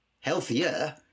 healthier